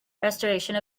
restoration